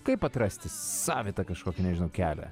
kaip atrasti savitą kažkokį nežinau kelią